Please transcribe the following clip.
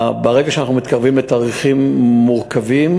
ברגע שאנחנו מתקרבים לתאריכים מורכבים,